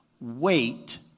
wait